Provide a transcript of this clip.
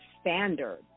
standard